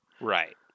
Right